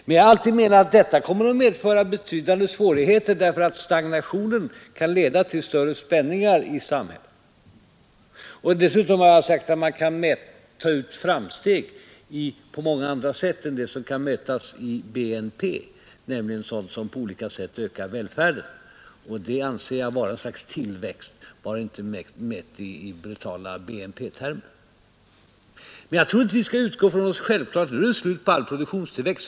Men jag har alltid menat att detta kommer att medföra betydande svårigheter, eftersom stagnationen kan leda till större spänningar i samhället. Dessutom har jag sagt att man kan ta ut framsteg på många andra sätt än de som kan mätas i BNP, nämligen genom sådant som på olika sätt ökar välfärden. Det anser jag vara ett slags tillväxt, även om den inte mäts i brutala BNP-termer. Men vi skall inte utgå från som något självklart att det nu är slut på all produktionstillväxt.